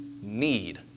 need